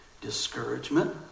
Discouragement